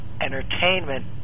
entertainment